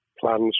plans